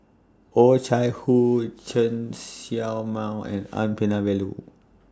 Oh Chai Hoo Chen Show Mao and N Palanivelu